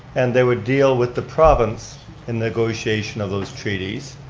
and they would deal with the province in negotiation of those treaties.